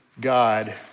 God